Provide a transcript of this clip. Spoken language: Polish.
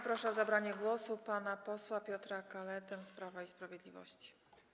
Proszę o zabranie głosu pana posła Piotra Kaletę z Prawa i Sprawiedliwości.